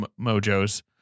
Mojo's